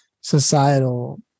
societal